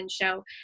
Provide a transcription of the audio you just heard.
show